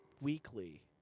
weekly